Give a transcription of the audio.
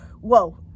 whoa